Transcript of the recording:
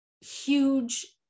huge